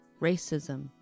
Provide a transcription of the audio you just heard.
racism